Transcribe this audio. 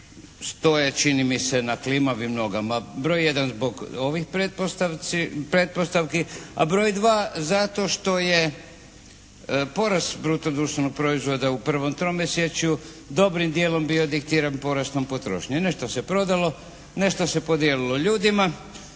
stoje čini mi se na klimavim nogama, broj jedan zbog ovih pretpostavki. A broj dva zato što je porast bruto društvenog proizvoda u prvom tromjesječju dobrim djelom bio diktiran porastom potrošnje. Nešto se prodalo, nešto se podijelilo ljudima,